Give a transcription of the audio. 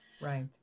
Right